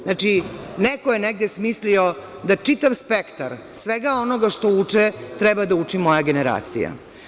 Znači, neko je negde smislio da čitav spektar svega onoga što uče treba da uči moja generacija.